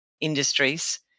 industries